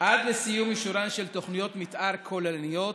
עד לסיום אישורן של תוכניות מתאר כוללניות